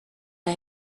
bij